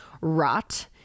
rot